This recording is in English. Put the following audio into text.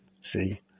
See